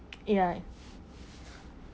ya